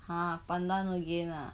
!huh! pandan again ah